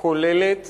כוללת